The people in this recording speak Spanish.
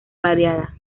variada